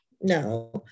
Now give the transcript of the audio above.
No